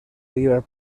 river